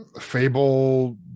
fable